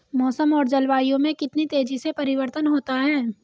मौसम और जलवायु में कितनी तेजी से परिवर्तन होता है?